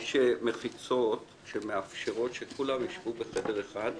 יש מחיצות שמאפשרות שכולם ישבו בחדר אחד.